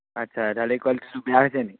আচ্ছা দালিৰ কুৱালিটিটো বেয়া হৈছে নি